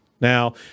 Now